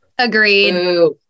agreed